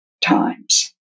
times